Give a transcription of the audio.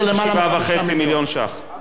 זה 7.5 מיליון ש"ח.